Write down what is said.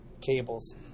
cables